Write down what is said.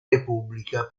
repubblica